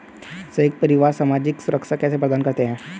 संयुक्त परिवार सामाजिक सुरक्षा कैसे प्रदान करते हैं?